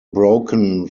broken